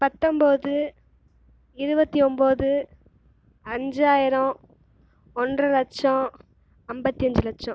பத்தொன்பது இருபத்தி ஒன்பது அஞ்சாயிரம் ஒன்றை லட்சம் ஐம்பத்தி அஞ்சு லட்சம்